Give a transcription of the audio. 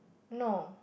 no